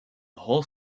whole